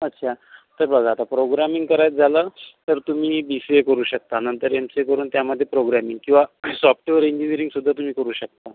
अच्छा ते बघा आता प्रोग्रामिंग करायचं झालं तर तुम्ही बी सी ए करू शकता नंतर एम सी ए करून त्यामध्ये प्रोग्रॅमिंग किंवा सॉफ्टवेअर इंजिनिअरिंगसुद्धा तुम्ही करू शकता